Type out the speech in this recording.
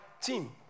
team